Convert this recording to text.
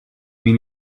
been